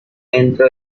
entró